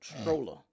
stroller